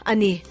Ani